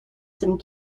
some